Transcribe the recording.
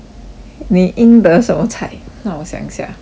你应得什么菜让我想一下